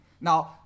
Now